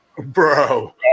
Bro